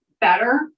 better